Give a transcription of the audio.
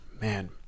man